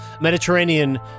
Mediterranean